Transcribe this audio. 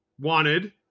wanted